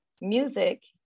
music